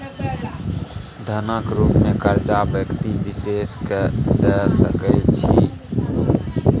धनक रुप मे करजा व्यक्ति विशेष केँ द सकै छी